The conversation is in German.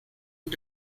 und